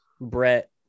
Brett